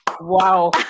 wow